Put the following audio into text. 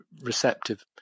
receptive